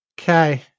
Okay